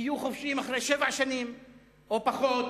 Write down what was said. יהיו חופשיים אחרי שבע שנים או פחות.